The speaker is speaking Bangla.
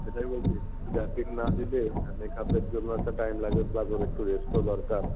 সেটাই বলছি একটু গ্যাপিং না দিলে হ্যাঁ মেকআপের জন্য একটা টাইম লাগে প্লাস ওর একটু রেস্টও দরকার